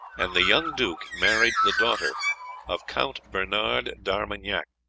and the young duke married the daughter of count bernard d'armagnac,